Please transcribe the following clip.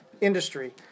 industry